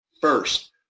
first